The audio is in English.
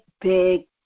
big